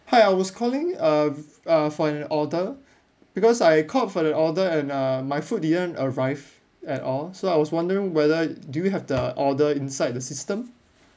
hi I was calling uh uh for an order because I called for the order and uh my food didn't arrive at all so I was wondering whether do you have the order inside the system